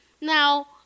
Now